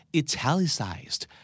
italicized